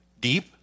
deep